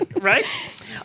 Right